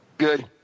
Good